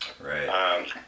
Right